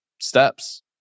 steps